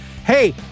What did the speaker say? Hey